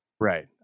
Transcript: right